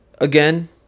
Again